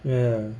ya